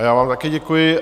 Já vám také děkuji.